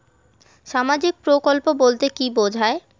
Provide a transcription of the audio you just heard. সামাজিক প্রকল্প বলতে কি বোঝায়?